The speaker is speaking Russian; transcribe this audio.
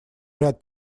ряд